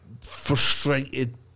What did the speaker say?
frustrated